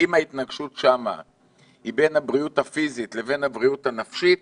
אם ההתנגשות שם היא בין הבריאות הפיזית לבין הבריאות הנפשית,